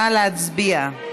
נא להצביע.